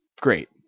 Great